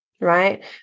right